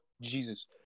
Jesus